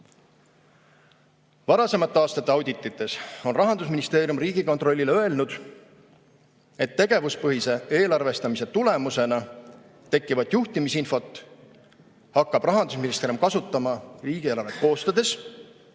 Varasemate aastate auditites on Rahandusministeerium Riigikontrollile öelnud, et tegevuspõhise eelarvestamise tulemusena tekkivat juhtimisinfot hakkab Rahandusministeerium kasutama riigieelarvet koostades